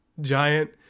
giant